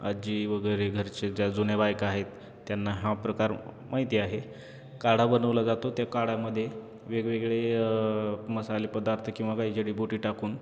आज्जी वगैरे घरचे ज्या जुन्या बायका आहेत त्यांना हा प्रकार माहिती आहे काढा बनवला जातो त्या काढ्यामध्ये वेगवेगळे मसाले पदार्थ किंवा काही जडीबुटी टाकून